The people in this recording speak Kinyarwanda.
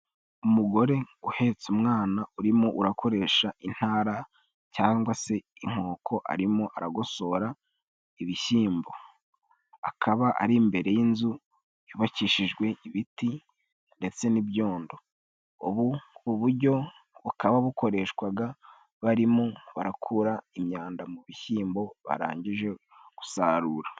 Umugore uhetse umwana, urimo ukoresha intara cyangwa se inkoko, arimo aragosora ibishyimbo. Akaba ari imbere y'inzu yubakishijwe ibiti ndetse n'ibyondo. Ubu buryo bukaba bukoreshwa barimo bakura imyanda mu bishyimbo, barangije gusarura.